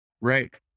Right